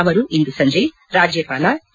ಅವರು ಇಂದು ಸಂಜೆ ರಾಜ್ಯಪಾಲ ಇ